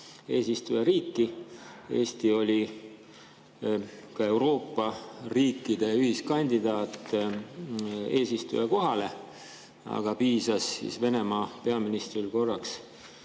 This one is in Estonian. eesistujariiki. Eesti oli Euroopa riikide ühiskandidaat eesistuja kohale, aga piisas Venemaa peaministril korraks